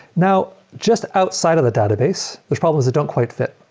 now, just outside of the database, those problems that don't quite fit,